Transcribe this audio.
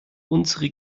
unsere